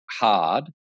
hard